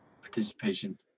Participation